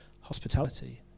hospitality